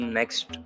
next